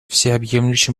всеобъемлющим